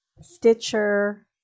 Stitcher